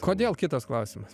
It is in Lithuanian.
kodėl kitas klausimas